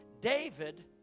David